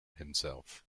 himself